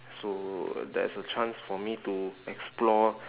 so uh there is a chance for me to explore